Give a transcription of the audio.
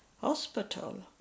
hospital